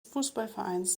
fußballvereins